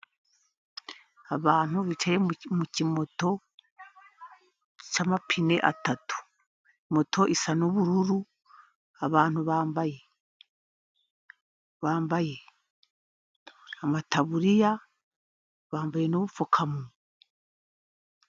Abantu bicaye mu kimoto cy'amapine atatu, moto isa n'ubururu, abantu bambaye amataburiya, bambaye n'ubupfukamunwa.